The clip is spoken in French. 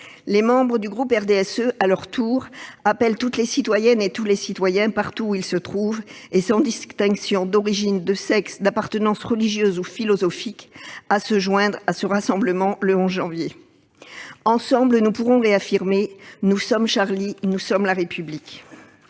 Les membres du groupe du RDSE, à leur tour, appellent toutes les citoyennes et tous les citoyens, partout où ils se trouvent et sans distinction d'origine, de sexe, d'appartenance religieuse ou philosophique, à se joindre à ce rassemblement, le 11 janvier prochain. Ensemble, nous pourrons réaffirmer :« Nous sommes Charlie, nous sommes la République !